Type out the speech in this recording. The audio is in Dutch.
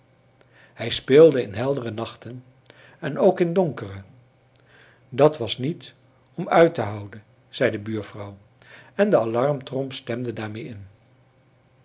hij speelde in heldere nachten en ook in donkere dat was niet om uit te houden zei de buurvrouw en de alarmtrom stemde daarmee in